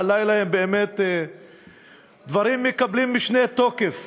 הלילה הם באמת דברים שמקבלים משנה תוקף.